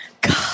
God